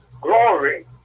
glory